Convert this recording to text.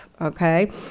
okay